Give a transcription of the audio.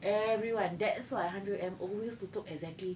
everyone that's one hundred A_M always tutup exactly